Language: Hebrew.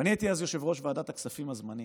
ואני הייתי אז יושב-ראש ועדת הכספים הזמנית,